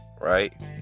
Right